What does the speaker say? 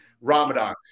Ramadan